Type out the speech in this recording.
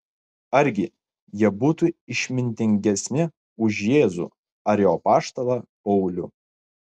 argi jie būtų išmintingesni už jėzų ar jo apaštalą paulių